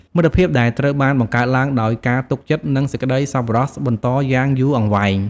មិត្តភាពដែលត្រូវបានបង្កើតឡើងដោយការទុកចិត្តនិងសេចក្ដីសប្បុរសបន្តយ៉ាងយូរអង្វែង។